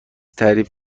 تعریف